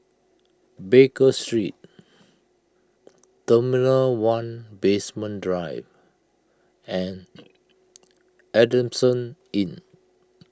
Baker Street Terminal one Basement Drive and Adamson Inn